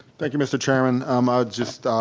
thank you mr. chairman. um i would just,